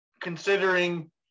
Considering